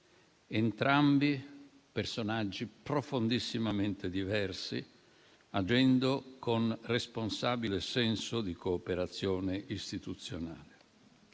entrambi - personaggi profondissimamente diversi - agendo con responsabile senso di cooperazione istituzionale.